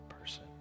person